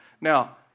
Now